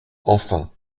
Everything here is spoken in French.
enfin